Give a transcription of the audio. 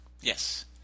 Yes